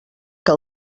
que